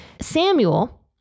Samuel